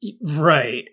Right